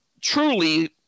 truly